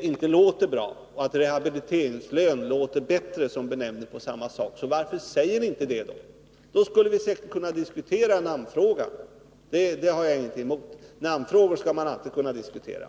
inte låter bra och att ”rehabiliteringslön” låter bättre som benämning på samma sak, varför säger ni inte det då? Då skulle vi säkerligen kunna diskutera namnfrågan — det har jag ingenting emot. Namnfrågor skall man alltid kunna diskutera.